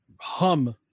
hum